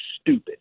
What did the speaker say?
stupid